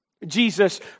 Jesus